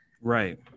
right